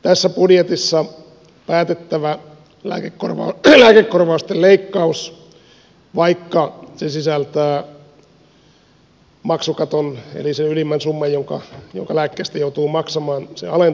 tässä budjetissa päätettävä lääkekorvausten leikkaus vaikka se sisältää maksukaton eli sen ylimmän summan jonka lääkkeistä joutuu maksamaan se ole